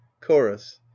chorus